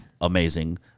amazing